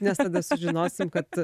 nes tada sužinosim kad